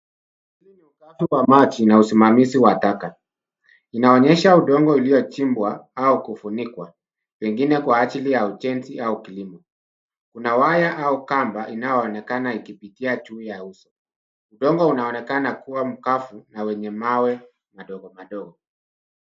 Hili ni ugavi wa maji na usimamizi wa taka. Inaonyesha udongo uliochimbwa au kufunikwa pengine kwa ajili ya ujenzi au kilimo. Kuna waya au kamba inayoonekana ikipitia juu ya uso. Udongo unaonekana kuwa mkavu na wenye mawe madogo madogo.